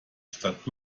statt